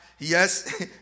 Yes